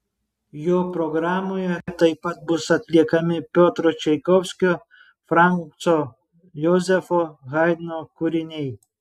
jo programoje taip pat bus atliekami piotro čaikovskio franco jozefo haidno kūriniai